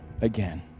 again